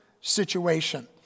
situation